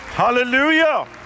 Hallelujah